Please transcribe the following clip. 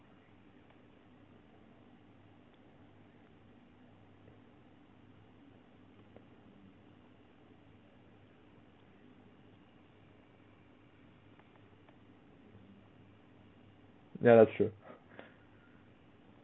ya that's true